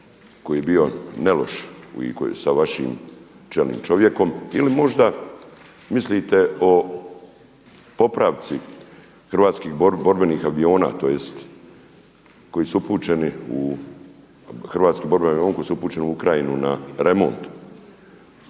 koji je bio ne loš i koji je sa vašim čelnim čovjekom. Ili možda mislite o popravci hrvatskih borbenih aviona, tj. koji su upućeni u hrvatski borbeni